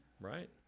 right